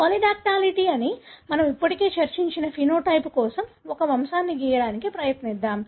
polydactyly అని మేము ఇప్పటికే చర్చించిన సమలక్షణం కోసం ఒక వంశాన్ని గీయడానికి ప్రయత్నిద్దాం